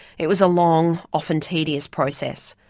it was a long, often tedious, process.